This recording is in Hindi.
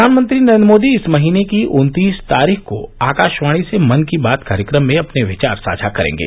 प्रधानमंत्री नरेंद्र मोदी इस महीने की उन्तीस तारीख को आकाशवाणी से मन की बात कार्यक्रम में अपने विचार साझा करेंगे